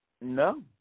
No